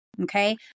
Okay